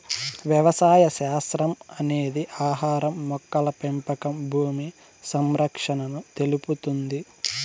వ్యవసాయ శాస్త్రం అనేది ఆహారం, మొక్కల పెంపకం భూమి సంరక్షణను తెలుపుతుంది